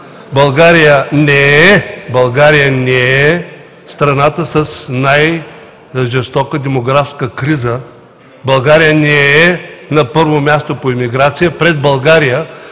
България не е страната с най-жестока демографска криза. България не е на първо място по емиграция. Пред България